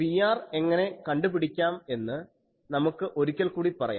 Pr എങ്ങനെ കണ്ടു പിടിക്കാം എന്ന് നമുക്ക് ഒരിക്കൽ കൂടി പറയാം